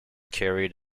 carried